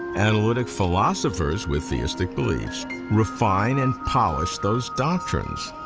analytic philosophers with theistic beliefs refine and polish those doctrines.